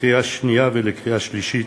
לקריאה שנייה ולקריאה שלישית,